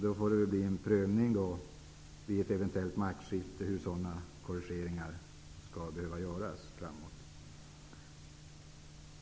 Det får då bli en prövning vid ett eventuellt maktskifte hur sådana korrigeringar skall göras i framtiden.